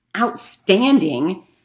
outstanding